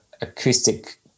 acoustic